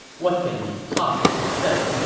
what can he possibly say?